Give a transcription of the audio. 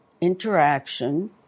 interaction